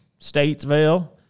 statesville